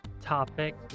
topic